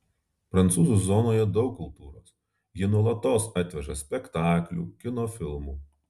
prancūzų zonoje daug kultūros jie nuolatos atveža spektaklių kino filmų